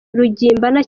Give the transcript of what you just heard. rugimbana